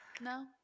no